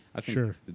Sure